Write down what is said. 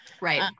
right